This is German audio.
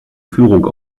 führung